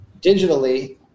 digitally